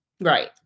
right